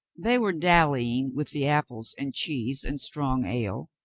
they were dallying with the apples and cheese and strong ale,